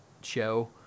show